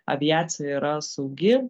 aviacija yra saugi